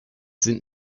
sind